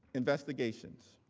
investigations.